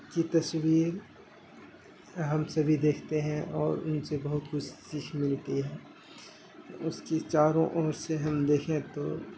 کی تصویر ہم سبھی دیکھتے ہیں اور ان سے بہت کچھ سیکھ ملتی ہے اس کی چاروں اور سے ہم دیکھیں تو